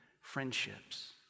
friendships